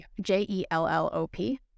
J-E-L-L-O-P